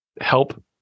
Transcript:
Help